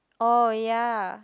oh ya